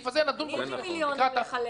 נדון בו לקראת הפעם הבאה.